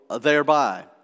thereby